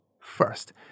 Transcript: First